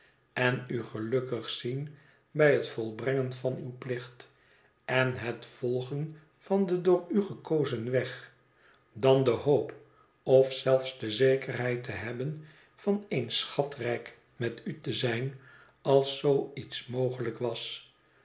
en u gelukkig zien bij het volbrengen van uw plicht en het volgen van den door u gekozen weg dan de hoop of zelfs de zekerheid te hebben van eens schatrijk met u te zijn als zoo iets mogelijk was